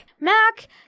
Mac